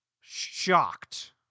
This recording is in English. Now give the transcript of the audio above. shocked